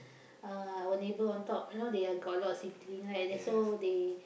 uh our neighbour on top you know they are got a lot of sibling like that's so they